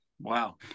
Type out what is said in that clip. Wow